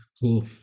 Cool